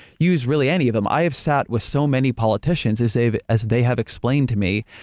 use really any of them. i have sat with so many politicians who say, as they have explained to me,